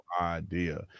idea